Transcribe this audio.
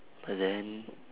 but then